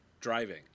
driving